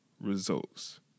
results